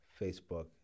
Facebook